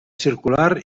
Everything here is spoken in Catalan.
circular